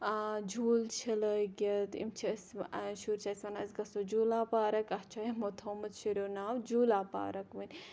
جھوٗلہٕ چھِ لٲگِتھ یِم چھِ اَسہِ شُرۍ چھِ اَسہِ وَنان أسۍ گَژھو جھوٗلا پارَک اَتھ چھِ یِمو تھوٚومُت شُرٮ۪و ناو جھوٗلا پارَک وۄنۍ